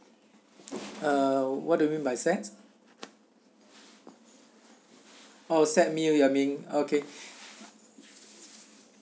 uh what do you mean by set oh set meal you are mean okay